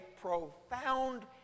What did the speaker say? profound